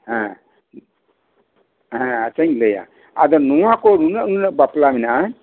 ᱦᱮᱸ ᱦᱮᱸ ᱟᱪᱪᱷᱟᱧ ᱞᱟᱹᱭᱟ ᱟᱫᱚ ᱱᱚᱶᱟ ᱠᱚ ᱱᱩᱱᱟᱹᱜ ᱱᱩᱱᱟᱹᱜ ᱵᱟᱯᱞᱟ ᱢᱮᱱᱟᱜᱼᱟ